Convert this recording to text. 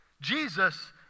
Jesus